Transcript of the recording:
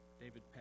David